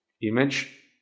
image